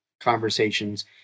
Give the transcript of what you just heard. conversations